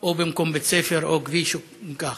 או במקום בית ספר או כביש וכדומה.